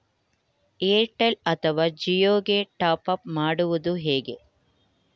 Airtel ಅಥವಾ ಜಿಯೊ ಗೆ top up ಮಾಡುವುದು ಹೇಗೆ?